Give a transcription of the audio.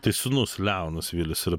tai sūnus leonas vylius yra